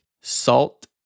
salt